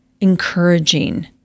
encouraging